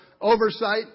oversight